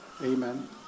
Amen